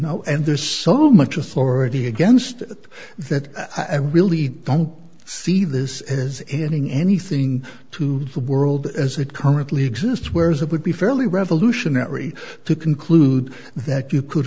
know and there's so much authority against it that i really don't see this as ending anything to the world as it currently exists whereas it would be fairly revolutionary to conclude that you could